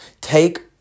Take